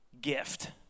gift